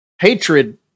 Hatred